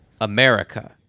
America